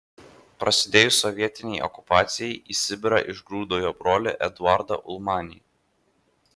prasidėjus sovietinei okupacijai į sibirą išgrūdo jo brolį eduardą ulmanį